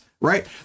right